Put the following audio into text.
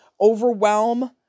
overwhelm